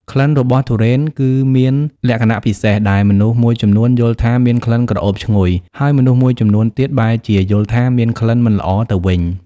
ក្លិនរបស់ទុរេនគឺមានលក្ខណៈពិសេស ដែលមនុស្សមួយចំនួនយល់ថាមានក្លិនក្រអូបឈ្ងុយ ហើយមនុស្សមួយចំនួនទៀតបែរជាយល់ថាមានក្លិនមិនល្អទៅវិញ។